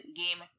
game